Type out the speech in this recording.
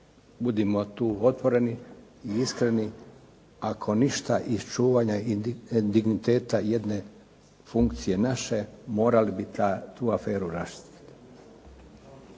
budimo tu otvoreni i iskreni, ako ništa iz čuvanja digniteta funkcije naše morali bi tu aferu raščistiti.